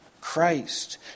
Christ